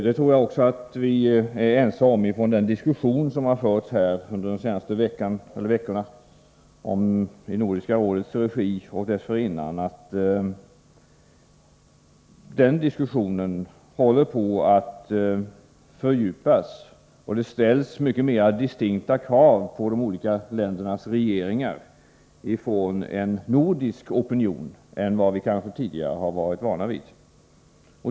Jag tror också att vi är ense om från den diskussion som har förts under de senaste veckorna i Nordiska rådets regi och dessförinnan att detta samarbete håller på att fördjupas. Det ställs mycket mera distinkta krav på de olika ländernas regeringar från en nordisk opinion än vad vi tidigare har varit vana vid.